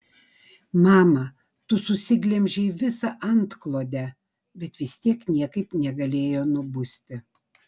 mama tu susiglemžei visą antklodę bet vis tiek niekaip negalėjo nubusti